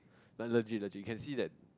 legit legit can see that